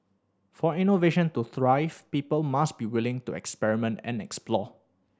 for innovation to thrive people must be willing to experiment and explore